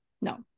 No